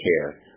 care